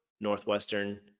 Northwestern